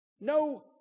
No